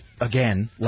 again